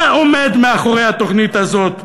מה עומד מאחורי התוכנית הזאת?